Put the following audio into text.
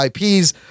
IPs